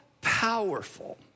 powerful